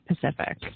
Pacific